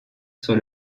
sur